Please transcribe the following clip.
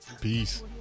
peace